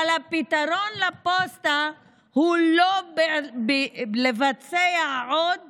אבל הפתרון לפוסטה הוא לא בלבצע עוד